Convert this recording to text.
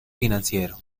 financiero